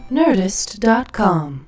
nerdist.com